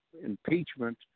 impeachment